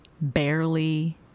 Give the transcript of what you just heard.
Barely